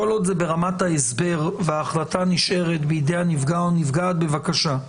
כל עוד זה ברמת ההסבר וההחלטה נשארת בידי הנפגע או הנפגעת בבקשה.